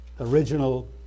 original